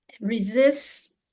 resists